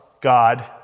God